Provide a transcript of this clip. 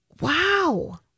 Wow